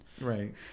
Right